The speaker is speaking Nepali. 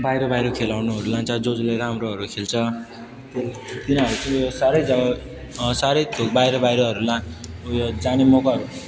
बाहिर बाहिर खेलाउनुहरू लान्छ ज जसले राम्रोहरू खेल्छ तिनीहरू चाहिँ साह्रै जो साह्रै बाहिर बाहिर ला उयो जाने मौकाहरू